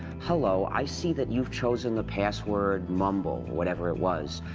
hello? i see that you've chosen the password mumble, whatever it was.